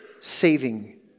saving